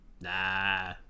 Nah